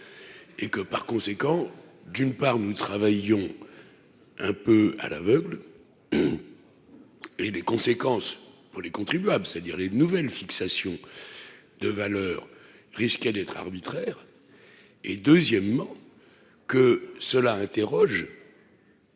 et que par conséquent, d'une part, nous travaillons un peu à l'aveugle et les conséquences pour les contribuables, c'est-à-dire les nouvelles fixations de valeur risquait d'être arbitraire et deuxièmement que cela interroge.